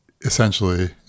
essentially